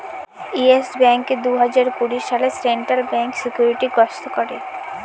yes ব্যাঙ্ককে দুই হাজার কুড়ি সালে সেন্ট্রাল ব্যাঙ্ক সিকিউরিটি গ্রস্ত করে